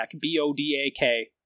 B-O-D-A-K